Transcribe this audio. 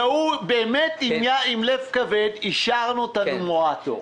והוא באמת עם לב כבד, אישרנו את הנומרטור.